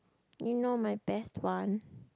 you know my best one